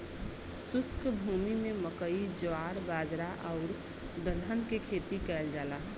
शुष्क भूमि में मकई, जवार, बाजरा आउर दलहन के खेती कयल जाला